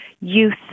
youth